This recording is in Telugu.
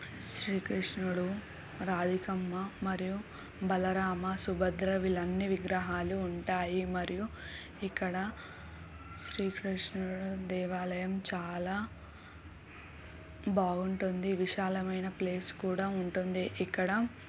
శ్రీకృష్ణుడు రాధికమ్మ మరియు బలరామ సుభద్ర వీళ్ళ అన్ని విగ్రహాలు ఉంటాయి మరియు ఇక్కడ శ్రీకృష్ణుడి దేవాలయం చాలా బాగుంటుంది విశాలమైన ప్లేస్ కూడా ఉంటుంది ఇక్కడ